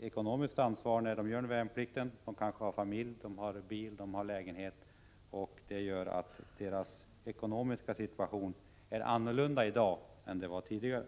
ekonomiskt ansvar än de hade när de var yngre. De har kanske bildat familj, och de har bil och lägenhet. Det gör att den ekonomiska situationen för de värnpliktiga är annorlunda i dag än den var tidigare.